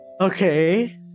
Okay